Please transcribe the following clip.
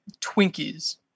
Twinkies